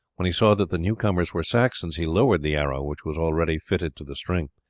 when he saw that the new-comers were saxons he lowered the arrow which was already fitted to the string.